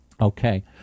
Okay